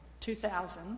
2000